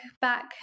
back